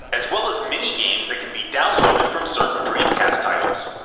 as well as mini games that can be downloaded from certain dreamcast titles.